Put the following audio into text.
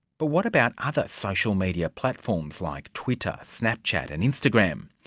but what about other social media platforms like twitter, snapchat and instagram?